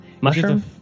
Mushroom